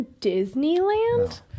Disneyland